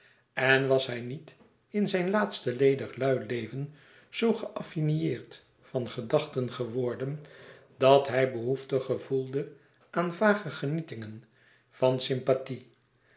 en was hij niet in zijn laatste ledig lui leven zoo geaffineerd van gedachten geworden dat hij behoefte gevoelde aan vage genietingen van sympathie